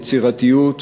יצירתיות,